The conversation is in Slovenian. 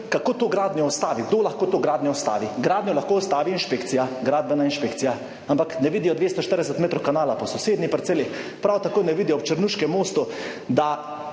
kako to gradnjo ustaviti, kdo lahko to gradnjo ustavi. Gradnjo lahko ustavi inšpekcija, gradbena inšpekcija, ampak ne vidijo 240 metrov kanala po sosednji parceli, prav tako ne vidijo ob črnuškem mostu, da